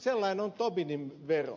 sellainen on tobinin vero